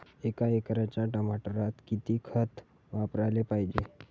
एका एकराच्या टमाटरात किती खत वापराले पायजे?